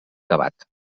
acabat